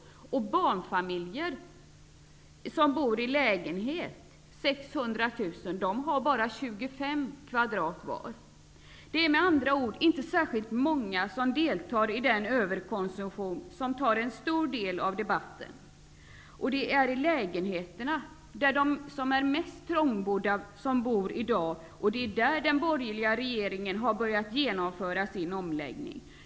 600 000 barnfamiljer som bor i lägen het har bara 25 kvadratmeter vardera. Det är med andra ord inte särskilt många som deltar i den överkonsumtion som tar upp en stor del av debatten. Det är för de lägenheter där de som är mest trångbodda bor i dag som den borger liga regeringen har börjat att genomföra sina om läggning.